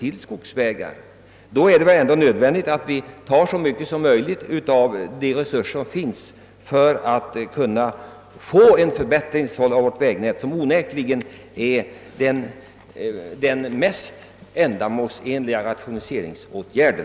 I så fall är det väl nödvändigt att vi utnyttjar så mycket som möjligt av de resurser som finns för att vi skall kunna få en förbättring av vårt vägnät. Det är onekligen den mest ändamålsenliga rationaliseringsåtgärden.